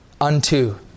unto